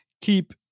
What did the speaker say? keep